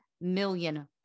million